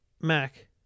mac